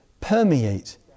permeate